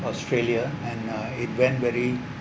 australia and uh it went very